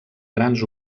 grans